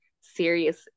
serious